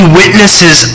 witnesses